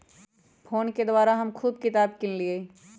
PhonePe के द्वारा हम कुछ किताप सभ किनलियइ